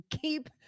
keep